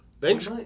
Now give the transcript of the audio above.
Thanks